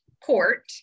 court